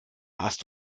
hast